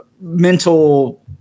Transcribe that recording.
mental